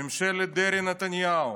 ממשלת דרעי-נתניהו?